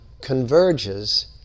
converges